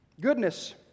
Goodness